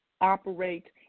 operate